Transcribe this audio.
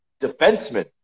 defenseman